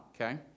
okay